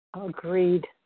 agreed